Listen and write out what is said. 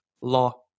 law